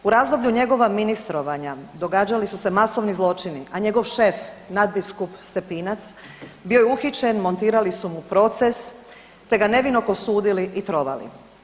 U razdoblju njegova ministrovanja, događali su se masovni zločini a njegov šef, nadbiskup Stepinac bio je uhićen, montirali su proces te ga nevinog osudili i trovali.